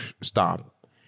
stop